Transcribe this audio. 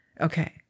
Okay